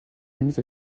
minutes